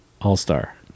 All-Star